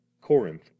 Corinth